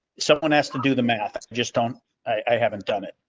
someone has to do the math. i just don't i haven't done it.